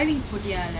oh my god